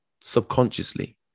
subconsciously